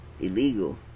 illegal